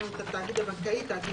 יש